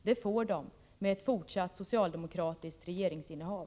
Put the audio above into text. Det får de — med ett fortsatt socialdemokratiskt regeringsinnehav.